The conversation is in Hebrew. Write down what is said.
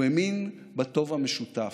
הוא האמין בטוב המשותף,